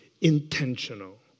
intentional